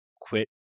quit